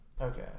okay